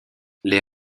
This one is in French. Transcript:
les